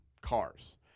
cars